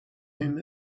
him